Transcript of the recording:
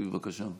בבקשה.